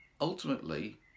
Ultimately